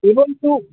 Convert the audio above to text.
एवं तु